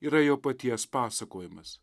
yra jo paties pasakojimas